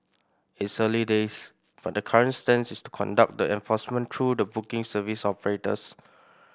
it's early days but the current stance is to conduct the enforcement through the booking service operators